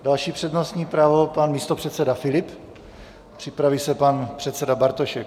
Další přednostní právo pan místopředseda Filip, připraví se pan předseda Bartošek.